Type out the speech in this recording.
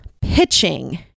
pitching